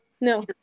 No